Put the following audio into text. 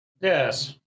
Yes